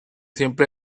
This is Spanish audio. siempre